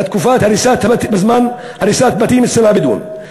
בזמן הריסת בתים אצל הבדואים.